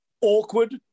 awkward